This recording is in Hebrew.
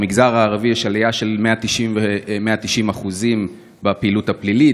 במגזר הערבי יש עלייה של 190% בפעילות הפלילית,